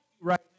right